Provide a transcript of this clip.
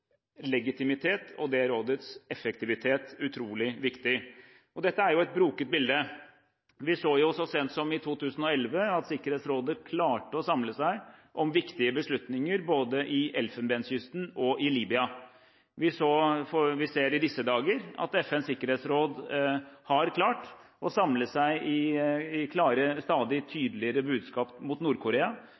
legitimitet og effektivitet utrolig viktig. Det er jo et broket bilde. Vi så så sent som i 2011 at Sikkerhetsrådet klarte å samle seg om viktige beslutninger, både i Elfenbenskysten og i Libya. Vi ser i disse dager at FNs sikkerhetsråd har klart å samle seg i stadig tydeligere budskap mot